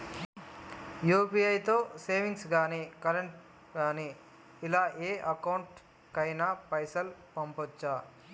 UPI తో savings గాని current గాని ఇలా ఏ అకౌంట్ కైనా పైసల్ పంపొచ్చా?